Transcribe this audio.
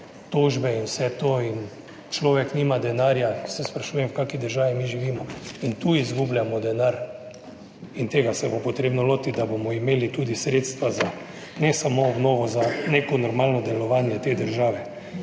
tožbe in vse to - in človek nima denarja. Se sprašujem, v kakšni državi mi živimo. In tu izgubljamo denar. In tega se bo potrebno lotiti, da bomo imeli tudi sredstva za ne samo obnovo, za neko normalno delovanje te države.